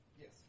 Yes